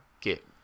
get